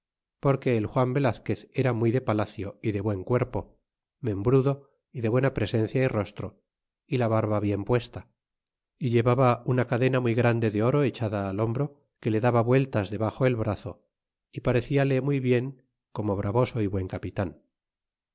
porque el juan velazquez era muy de palacio y de buen cuerpo membrudo y de buena presencia y rostro y la barba bien puesta y llevaba una cadena muy grande de oro echada al hombro que le daba vueltas debaxo el brazo y pareciale muy bien como bravoso y buen capitan